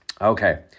Okay